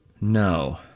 No